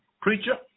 preacher